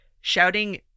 shouting